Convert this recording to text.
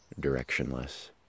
directionless